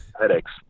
headaches